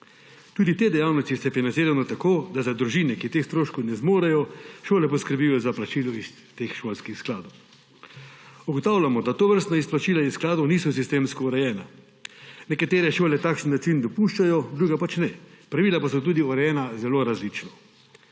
Tudi te dejavnosti so financirane tako, da za družine, ki teh stroškov ne zmorejo, šole poskrbijo za plačilo iz teh šolskih skladov. Ugotavljamo, da tovrstna izplačila iz skladov niso sistemsko urejena. Nekatere šole takšen način dopuščajo, druge pač ne. Pravila pa so tudi urejena zelo različno.